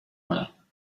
کنم